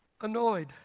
annoyed